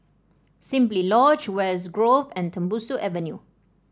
Simply Lodge West Grove and Tembusu Avenue